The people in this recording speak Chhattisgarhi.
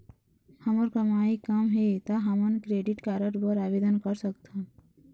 हमर कमाई कम हे ता हमन क्रेडिट कारड बर आवेदन कर सकथन?